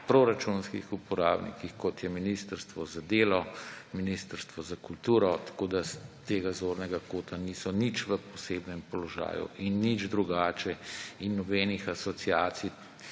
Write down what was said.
proračunskih uporabnikih, kot sta Ministrstvo za delo, Ministrstvo za kulturo, tako da s tega zornega kota niso nič v posebnem položaju in nič drugače in nobenih asociacij